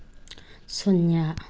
ꯁꯨꯟꯌꯥ